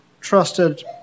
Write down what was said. trusted